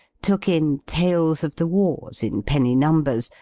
took in tales of the wars, in penny numbers,